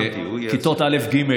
כיתות א' ג'